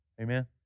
Amen